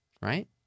right